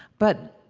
but,